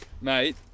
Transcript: mate